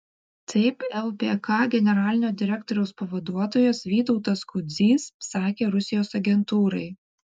taip lpk generalinio direktoriaus pavaduotojas vytautas kudzys sakė rusijos agentūrai